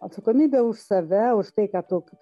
atsakomybė už save už tai ką tu